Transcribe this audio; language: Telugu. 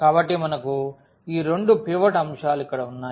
కాబట్టి మనకు ఈ రెండు పివట్ అంశాలు ఇక్కడ ఉన్నాయి